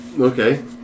Okay